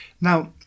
Now